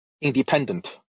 independent